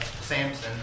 Samson